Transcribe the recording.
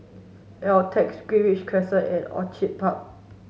Altez Greenridge Crescent and Orchid Park